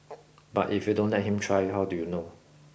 but if you don't let him try how do you know